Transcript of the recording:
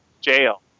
jail